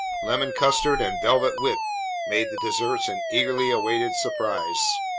lemon custard, and velvet whip made the desserts an eagerly awaited surprise.